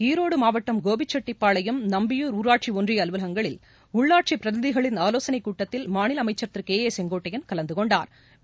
ஈரோடு மாவட்டம் கோபிச்செட்டிப்பாளையம் நம்பியூர் ஊராட்சி ஒன்றிய அலுவலணங்களில் உள்ளாட்சி பிரதிநிதிகளின் ஆலோசனைக் கூட்டத்தில் மாநில அமைச்சர் திரு கே ஏ செங்கோட்டையன் கலந்து னொன்டா்